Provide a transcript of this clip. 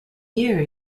year